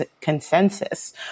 consensus